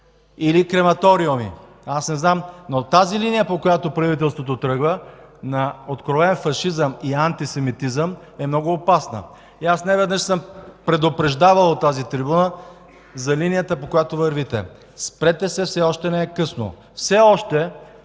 или крематориуми? Аз не знам, но тази линия, по която правителството тръгва – на откровен фашизъм и антисемитизъм, е много опасна. Неведнъж съм предупреждавал от тази трибуна за линията, по която вървите. Спрете се, все още не е късно! Все още!